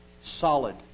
solid